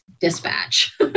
dispatch